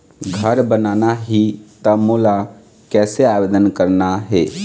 घर बनाना ही त मोला कैसे आवेदन करना हे?